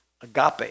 agape